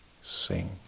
sing